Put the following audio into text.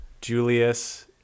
Julius